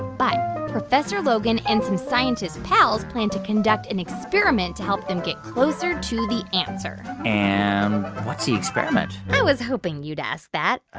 but professor logan and some scientist pals plan to conduct an experiment to help them get closer to the answer and what's the experiment? i was hoping you'd ask that ah